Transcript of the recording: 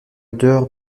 odeur